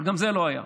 אבל גם זה לא היה.